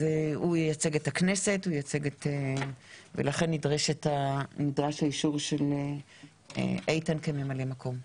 הוא ייצג את הכנסת ולכן נדרש האישור שלכם לאיתן גינזבורג כממלא מקום.